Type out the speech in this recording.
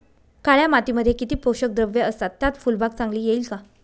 काळ्या मातीमध्ये किती पोषक द्रव्ये असतात, त्यात फुलबाग चांगली येईल का?